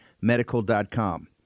medical.com